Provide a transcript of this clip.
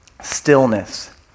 Stillness